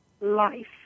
life